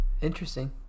Interesting